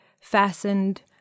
fastened